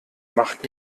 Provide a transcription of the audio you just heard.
macht